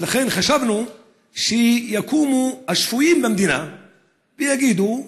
חשבנו שיקומו השפויים במדינה ויגידו,